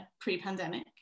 pre-pandemic